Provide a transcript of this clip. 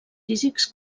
físics